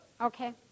Okay